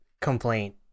complaint